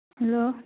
hello